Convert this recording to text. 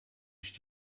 ich